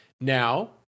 Now